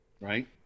right